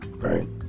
Right